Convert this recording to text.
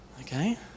Okay